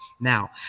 Now